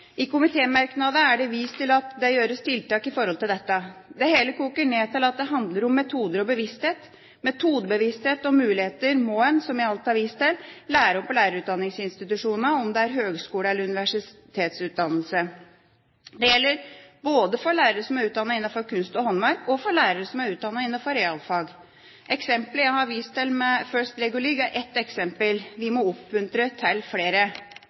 I komitémerknadene er det vist til at det gjøres tiltak her. Det hele koker ned til at det handler om metoder og bevissthet. Metodebevissthet og muligheter må en, som jeg alt har vist til, lære om på lærerutdanningsinstitusjonene, om det er høgskole- eller universitetsutdannelse. Det gjelder både for lærere som er utdannet innenfor kunst og håndverk, og for lærere som er utdannet innenfor realfag. Eksemplet jeg har vist til med FIRST LEGO League, er ett eksempel. Vi må oppmuntre til flere!